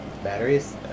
Batteries